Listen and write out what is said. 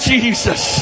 Jesus